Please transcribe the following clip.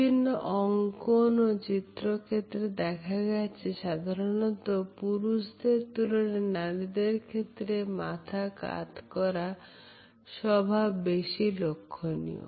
বিভিন্ন অঙ্কন এবং চিত্র ক্ষেত্রে দেখা গেছে সাধারণত পুরুষদের তুলনায় নারীদের ক্ষেত্রে মাথা কাত করা স্বভাব বেশি লক্ষণীয়